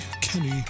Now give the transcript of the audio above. Kenny